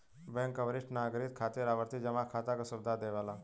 bank वरिष्ठ नागरिक खातिर आवर्ती जमा खाता क सुविधा देवला